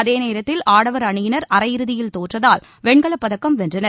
அதேநேரத்தில் ஆடவர் அணியினர் அரையிறுதியில் தோற்றதால் வெண்கலப் பதக்கம் வென்றனர்